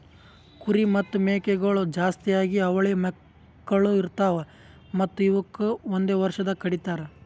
ಕುರಿ ಮತ್ತ್ ಮೇಕೆಗೊಳ್ ಜಾಸ್ತಿಯಾಗಿ ಅವಳಿ ಮಕ್ಕುಳ್ ಇರ್ತಾವ್ ಮತ್ತ್ ಇವುಕ್ ಒಂದೆ ವರ್ಷದಾಗ್ ಕಡಿತಾರ್